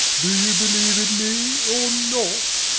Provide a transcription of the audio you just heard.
do you believe in me or not?